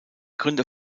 gründer